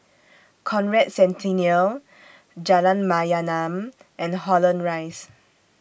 Conrad Centennial Jalan Mayaanam and Holland Rise